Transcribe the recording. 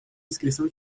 inscrição